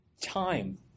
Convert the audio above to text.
Time